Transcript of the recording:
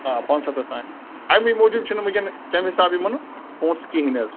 آ پَنٛژھ سَتتھ تانۍ اَمی موٗجوٗب چھُنہٕ ونکٮ۪ن تَمہِ حساب یِمَن پونٛسہٕ کِہیٖنۍ حظ